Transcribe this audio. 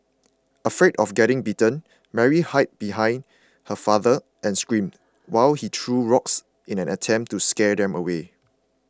afraid of getting bitten Mary hid behind her father and screamed while he threw rocks in an attempt to scare them away